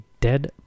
dead